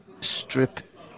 strip